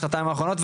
שנתיים האחרונות,